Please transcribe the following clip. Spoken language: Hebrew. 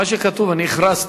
מה שכתוב, הכרזתי.